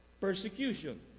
Persecution